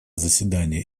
заседание